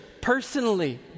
personally